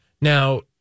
Now